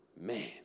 Man